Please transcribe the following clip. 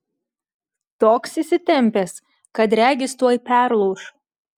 toks įsitempęs kad regis tuoj perlūš